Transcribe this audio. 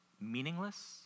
meaningless